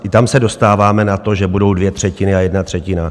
I tam se dostáváme na to, že budou dvě třetiny a jedna třetina.